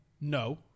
no